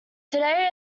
today